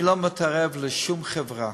אני לא מתערב לשום חברה.